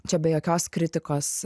čia be jokios kritikos